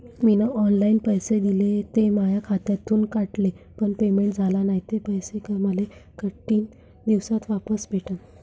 मीन online पैसे दिले, ते माया खात्यातून कटले, पण पेमेंट झाल नायं, ते पैसे मले कितीक दिवसात वापस भेटन?